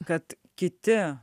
kad kiti